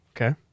Okay